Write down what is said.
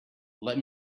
let